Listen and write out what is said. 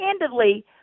handedly